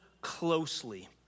closely